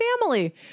family